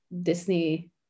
Disney